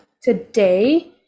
today